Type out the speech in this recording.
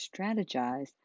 strategize